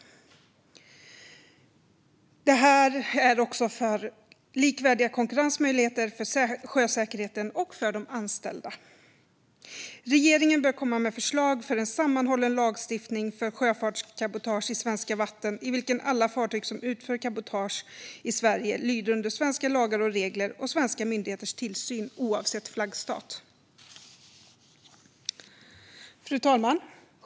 Det handlar om likvärdiga konkurrensmöjligheter, om sjösäkerheten och om de anställda. Regeringen bör komma med förslag för en sammanhållen lagstiftning för sjöfartscabotage i svenska vatten, i vilken alla fartyg som utför cabotage i Sverige lyder under svenska lagar och regler och svenska myndigheters tillsyn, oavsett flaggstat. Fru talman!